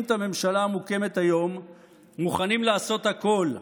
את הממשלה המוקמת היום מוכנים לעשות הכול,